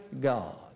God